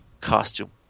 costume